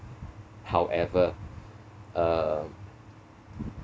however uh